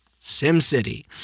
SimCity